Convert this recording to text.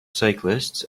cyclists